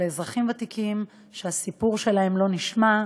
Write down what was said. אזרחים ותיקים שהסיפור שלהם לא נשמע.